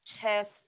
chest